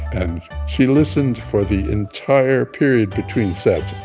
and she listened for the entire period between sets.